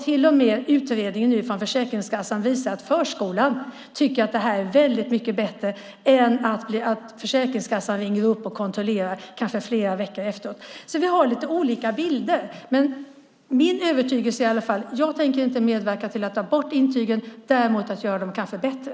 Till och med utredningen nu från Försäkringskassan visar att förskolan tycker att det här är mycket bättre än att Försäkringskassan ringer upp och kontrollerar, kanske flera veckor efteråt. Så vi har lite olika bilder. Min övertygelse är i alla fall att jag inte tänker medverka till att ta bort intygen, däremot att kanske göra dem bättre.